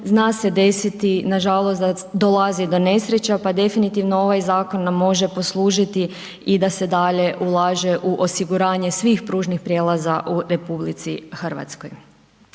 zna se desiti nažalost da dolazi i do nesreća pa definitivno ovaj zakon nam može poslužiti i da se dalje ulaže u osiguranje svih pružnih prijelaza u RH. Moja